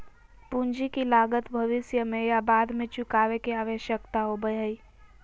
पूंजी की लागत भविष्य में या बाद में चुकावे के आवश्यकता होबय हइ